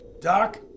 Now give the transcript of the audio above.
Doc